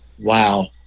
Wow